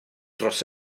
dros